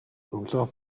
өглөө